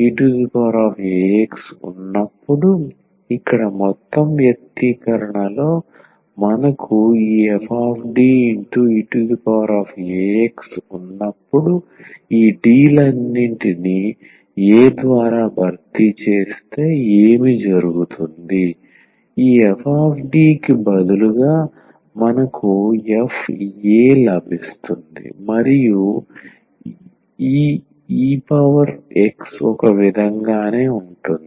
fDeaxfaeax ఉన్నప్పుడు ఇక్కడ మొత్తం వ్యక్తీకరణలో మనకు ఈ fDeax ఉన్నప్పుడు ఈ D లన్నింటినీ a ద్వారా భర్తీ చేస్తే ఏమి జరుగుతుంది ఈ fD కు బదులుగా మనకు f a లభిస్తుంది మరియు ఈ e పవర్ x ఒక విధంగానే ఉంటుంది